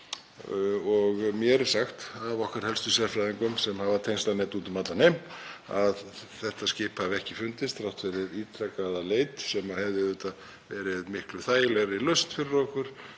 Mér er sagt af okkar helstu sérfræðingum, sem hafa tengslanet úti um allan heim, að þetta skip hafi ekki fundist þrátt fyrir ítrekaða leit sem hefði auðvitað verið miklu þægilegri lausn fyrir okkur,